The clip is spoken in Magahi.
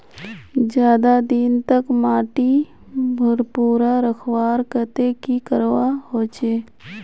ज्यादा दिन तक माटी भुर्भुरा रखवार केते की करवा होचए?